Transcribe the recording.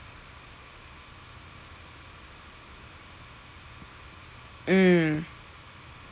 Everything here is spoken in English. mm